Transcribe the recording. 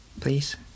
Please